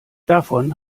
davon